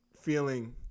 feeling